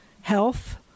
Health